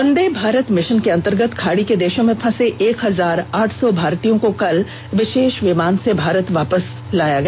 वंदे Bharat mission के अंतर्गत खाड़ी के देशों में फंसे एक हजार आठ सौ भारतीयों को कल विशेष विमानों से भारत वापस लाया गया